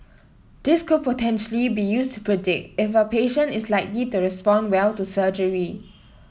this could potentially be used to predict if a patient is likely to respond well to surgery